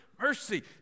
Mercy